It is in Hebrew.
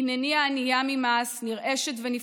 הינני הענייה ממעש / נרעשת ונפחדת,